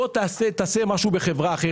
בוא ותעשה משהו בחברה אחרת".